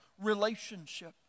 relationship